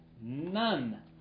None